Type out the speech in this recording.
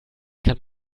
kann